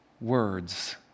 words